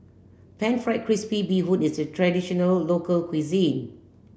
pan fried crispy bee hoon is a traditional local cuisine